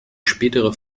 spätere